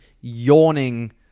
yawning